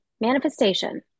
Manifestation